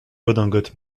redingote